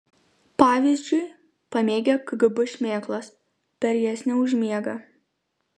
pavyzdžiui pamėgę kgb šmėklas per jas neužmiega